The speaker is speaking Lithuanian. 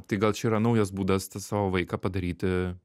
tai gal čia yra naujas būdas tą savo vaiką padaryti